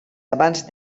abans